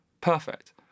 perfect